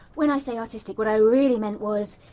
when i say artistic what i really meant was,